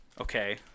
Okay